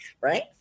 Right